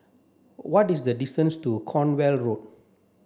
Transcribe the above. what is the distance to Cornwall Road